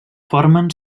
formen